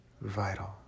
vital